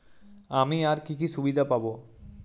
আমি আর কি কি সুবিধা পাব?